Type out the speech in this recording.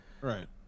right